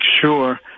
sure